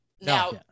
now